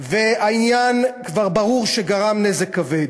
והעניין, כבר ברור שגרם נזק כבד.